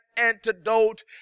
antidote